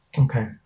okay